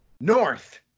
North